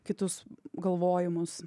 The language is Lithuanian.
kitus galvojimus